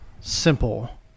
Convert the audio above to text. simple